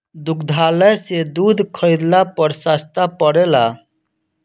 दुग्धालय से दूध खरीदला पर सस्ता पड़ेला?